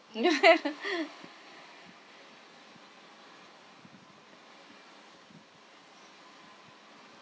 you have a